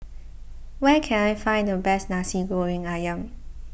where can I find the best Nasi Goreng Ayam